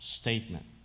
statement